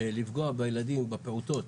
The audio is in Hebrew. לפגוע בילדים, בפעוטות,